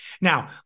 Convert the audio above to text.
Now